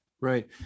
right